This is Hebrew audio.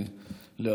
לצערי,